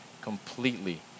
completely